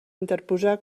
interposar